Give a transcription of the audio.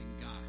God